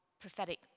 prophetic